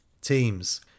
Teams